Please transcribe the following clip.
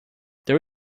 there